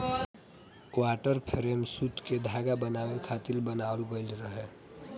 water frame सूत के धागा बनावे खातिर बनावल गइल रहे